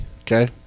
Okay